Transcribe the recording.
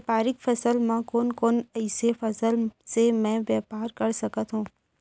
व्यापारिक फसल म कोन कोन एसई फसल से मैं व्यापार कर सकत हो?